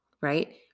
right